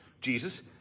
Jesus